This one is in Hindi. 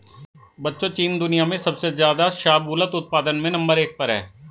बच्चों चीन दुनिया में सबसे ज्यादा शाहबूलत उत्पादन में नंबर एक पर है